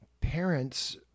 parents